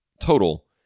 total